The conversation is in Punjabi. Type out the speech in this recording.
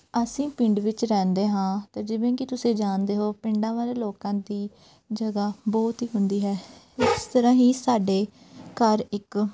ਅਸੀਂ ਪਿੰਡ ਵਿੱਚ ਰਹਿੰਦੇ ਹਾਂ ਅਤੇ ਜਿਵੇਂ ਕਿ ਤੁਸੀਂ ਜਾਣਦੇ ਹੋ ਪਿੰਡਾਂ ਵਾਲੇ ਲੋਕਾਂ ਦੀ ਜਗ੍ਹਾ ਬਹੁਤ ਹੀ ਹੁੰਦੀ ਹੈ ਇਸ ਤਰ੍ਹਾਂ ਹੀ ਸਾਡੇ ਘਰ ਇੱਕ